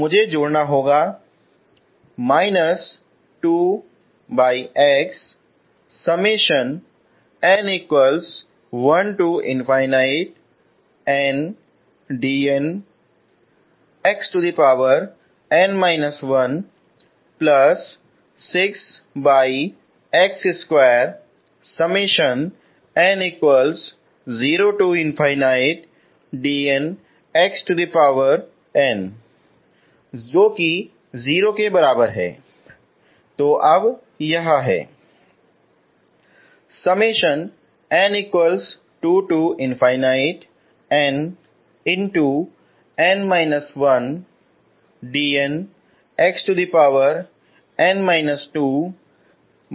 तो मुझे जोड़ना होगा जो 0 के बराबर है